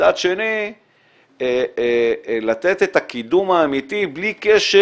ומצד שני לתת את הקידום האמיתי בלי קשר